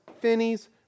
Finney's